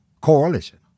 coalition